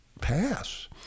pass